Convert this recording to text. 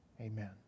Amen